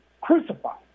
crucified